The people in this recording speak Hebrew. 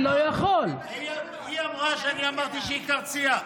לא, זה, היא אמרה שאני אמרתי שהיא קרצייה.